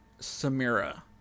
Samira